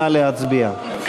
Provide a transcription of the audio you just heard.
נא להצביע.